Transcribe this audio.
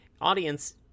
audience